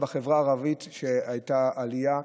בחברה הערבית לצערנו הייתה עלייה,